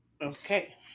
Okay